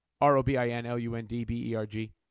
R-O-B-I-N-L-U-N-D-B-E-R-G